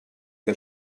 que